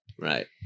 Right